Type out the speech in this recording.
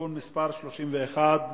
(תיקון מס' 31)